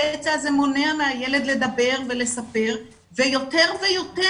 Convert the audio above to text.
הפצע הזה מונע מהילד לדבר ולספר ופחות ופחות